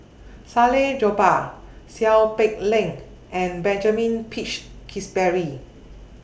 Salleh Japar Seow Peck Leng and Benjamin Peach Keasberry